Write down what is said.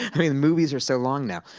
i mean, movies are so long now.